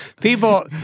people